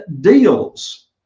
deals